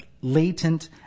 latent